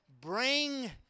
bring